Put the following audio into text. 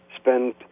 spend